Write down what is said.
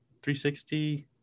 360